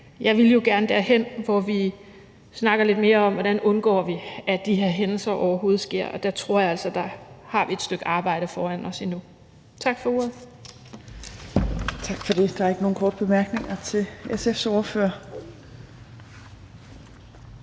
Jeg ville jo gerne derhen, hvor vi snakker lidt mere om, hvordan vi undgår, at de her hændelser overhovedet sker, og der tror jeg altså vi endnu har et stykke arbejde foran os. Tak for ordet. Kl. 15:30 Fjerde næstformand (Trine Torp): Tak for